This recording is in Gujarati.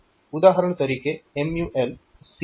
ઉદાહરણ તરીકે MUL CL